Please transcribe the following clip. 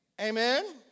Amen